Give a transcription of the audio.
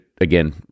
again